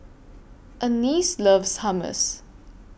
Annice loves Hummus